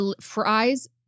fries